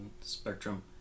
spectrum